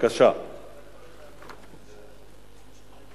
לפי סעיף 121 לתקנון הכנסת,